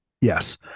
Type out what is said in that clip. Yes